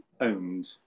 owned